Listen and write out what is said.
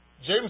James